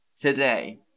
Today